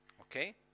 Okay